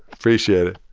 appreciate it.